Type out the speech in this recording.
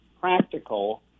practical